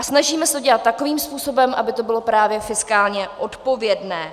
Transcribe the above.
Snažíme se to dělat takovým způsobem, aby to bylo právě fiskálně odpovědné.